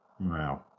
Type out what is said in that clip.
Wow